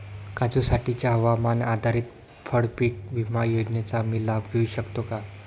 काजूसाठीच्या हवामान आधारित फळपीक विमा योजनेचा मी लाभ घेऊ शकतो का?